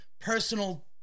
personal